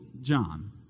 John